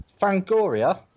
Fangoria